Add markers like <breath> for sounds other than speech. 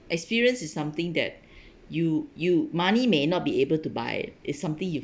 experience is something that <breath> you you money may not be able to buy is something you